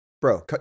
bro